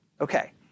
Okay